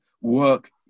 work